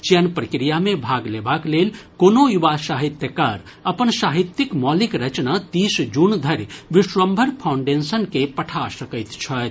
चयन प्रक्रिया मे भाग लेबाक लेल कोनो युवा साहित्यकार अपन साहित्यक मौलिक रचना तीस जून धरि विश्वम्भर फाउडेंशन के पठा सकैत छथि